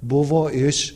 buvo iš